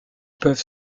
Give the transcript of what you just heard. peuvent